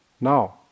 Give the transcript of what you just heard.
Now